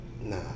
Nah